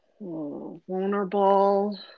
vulnerable